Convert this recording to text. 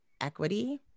equity